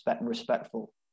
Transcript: respectful